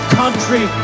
country